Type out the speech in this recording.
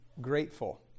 grateful